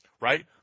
Right